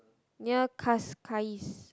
near Cascais